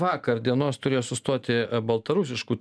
vakar dienos turėjo sustoti baltarusiškų